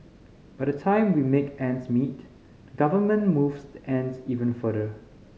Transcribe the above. by the time we make ends meet the government moves the ends even further